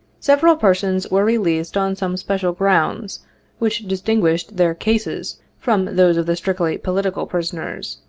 several persons were released on some special grounds which distinguished their cases from those of the strictly political prisoners,